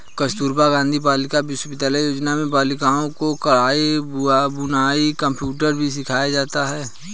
कस्तूरबा गाँधी बालिका विद्यालय योजना में बालिकाओं को कढ़ाई बुनाई कंप्यूटर भी सिखाया जाता है